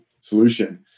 solution